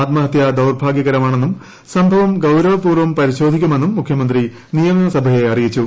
ആത്മഹത്യ ദൌർഭാഗൃകരമാണെന്നും സംഭവം ഗൌരവപൂർവ്വം പരിശോധിക്കുമെന്നും മുഖ്യമന്ത്രി നിയമസഭയെ അറിയിച്ചു